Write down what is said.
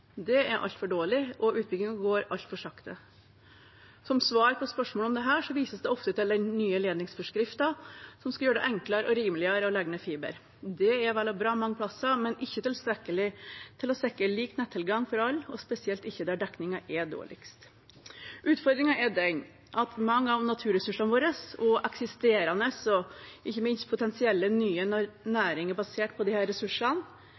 Det er altfor dårlig, og utbyggingen går altfor sakte. Som svar på spørsmål om dette vises det ofte til den nye ledningsforskriften som skal gjøre det enklere og rimeligere å legge ned fiber. Det er vel og bra mange plasser, men ikke tilstrekkelig til å sikre lik nettilgang for alle, og spesielt ikke der dekningen er dårligst. Utfordringen er den at mange av naturressursene våre og eksisterende og ikke minst potensielle nye næringer basert på disse ressursene